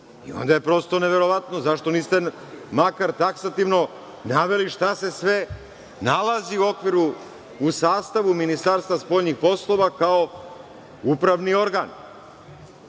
i onda je prosto neverovatno, zašto niste makar taksativno naveli šta se sve nalazi u sastavu Ministarstva spoljnih poslova kao upravni organ. Mi